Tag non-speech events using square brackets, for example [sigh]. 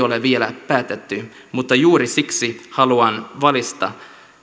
[unintelligible] ole vielä päätetty mutta juuri siksi haluan valistaa